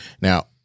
Now